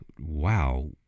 wow